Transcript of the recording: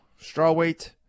strawweight